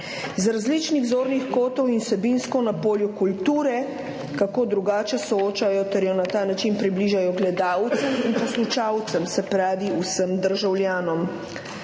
z različnih zornih kotov in vsebinsko na polju kulture kako drugače soočajo ter jo na ta način približajo gledalcem in poslušalcem, se pravi vsem državljanom.